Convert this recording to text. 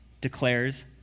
declares